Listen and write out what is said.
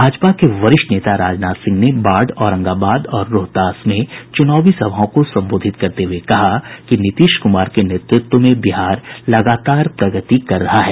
भाजपा के वरिष्ठ नेता राजनाथ सिंह ने बाढ औरंगाबाद और रोहतास में चुनावी सभाओं को संबोधित करते हये कहा कि नीतीश कुमार के नेतृत्व में बिहार लगातार प्रगति कर रहा है